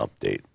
update